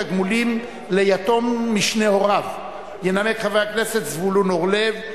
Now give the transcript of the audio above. תגמולים ליתום משני הוריו) - ינמק חבר הכנסת זבולון אורלב,